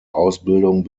ausbildung